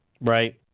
Right